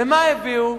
ומה הביאו?